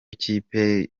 kipe